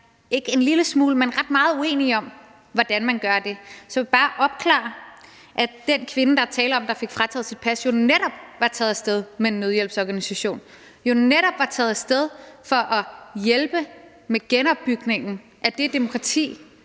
ikke er en lille smule uenige, men ret meget uenige om, hvordan man gør det. Så jeg vil bare opklare, at den kvinde, der er tale om fik frataget sit pas, jo netop var taget af sted med en nødhjælpsorganisation, jo netop var taget af sted for at hjælpe med genopbygningen af det demokrati,